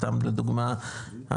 סתם לדוגמה,